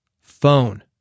phone